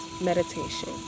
Meditation